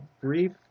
brief